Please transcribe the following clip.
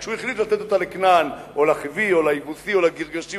כשהוא החליט לתת אותה לכנען או לחיווי או ליבוסי או לגרגשי,